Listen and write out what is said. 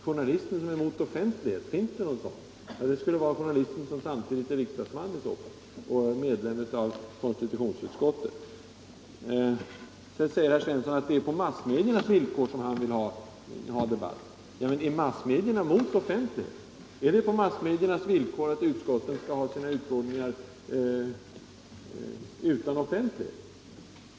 Journalister som är emot offentlighet, finns det sådana? Det skulle i så fall vara journalisten som samtidigt är riksdagsman och medlem av konstitutionsutskottet. Herr Svensson vill ha debatt på massmediernas villkor. Är massmedierna mot offentlighet? Är det på massmediernas villkor att utskotten skall hålla utfrågningar utan offentlighet?